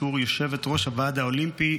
בתור יושבת-ראש הועד האולימפי,